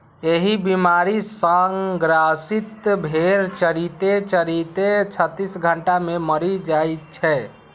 एहि बीमारी सं ग्रसित भेड़ चरिते चरिते छत्तीस घंटा मे मरि जाइ छै